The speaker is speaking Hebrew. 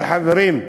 אבל, חברים,